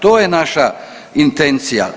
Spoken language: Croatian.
To je naša intencija.